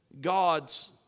God's